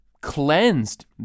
cleansed